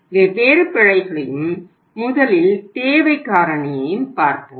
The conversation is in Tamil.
எனவே வெவ்வேறு பிழைகளையும் முதலில் தேவை காரணியையும் பார்ப்போம்